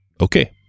Okay